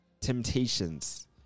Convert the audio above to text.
temptations